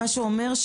מה שאומר,